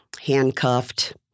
handcuffed